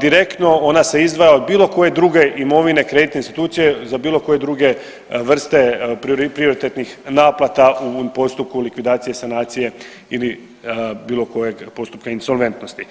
direktno ona se izdvaja od bilo koje druge imovine kreditne institucije za bilo koje druge vrste prioritetnih naplata u postupku likvidacije, sanacije ili bilo kojeg postupka insolventnosti.